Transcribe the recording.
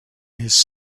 his